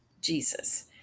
Jesus